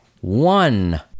one